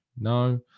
No